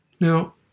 Now